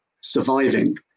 surviving